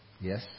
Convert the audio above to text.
Yes